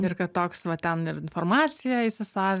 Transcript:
ir kad toks vat ten ir informaciją įsisa